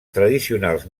tradicionals